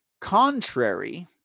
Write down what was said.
contrary